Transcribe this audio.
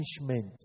punishment